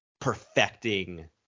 perfecting